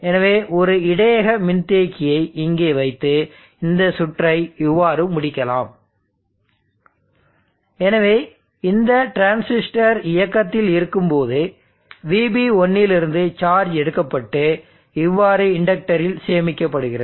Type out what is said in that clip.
எனவே ஒரு இடையக மின்தேக்கியை இங்கே வைத்து இந்த சுற்றை இவ்வாறு முடிக்கலாம் எனவே இந்த டிரான்சிஸ்டர் இயக்கத்தில் இருக்கும்போது VB1 லிருந்து சார்ஜ் எடுக்கப்பட்டு இவ்வாறு இண்டக்டரில் சேமிக்கப்படுகிறது